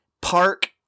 park